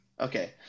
Okay